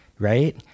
right